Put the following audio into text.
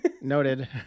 Noted